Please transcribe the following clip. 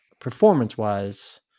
performance-wise